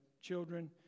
children